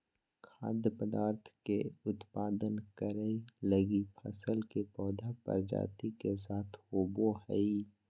खाद्य पदार्थ के उत्पादन करैय लगी फसल के पौधा प्रजाति के साथ होबो हइ